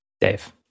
Dave